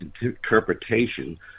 interpretation